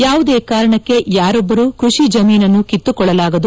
ಯಾವುದೇ ಕಾರಣಕ್ಕೆ ಯಾರೊಬ್ಬ ರೂ ಕೃಷಿ ಜಮೀನನ್ನು ಕಿತ್ತುಕೊಳ್ಳಲಾಗದು